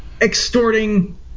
extorting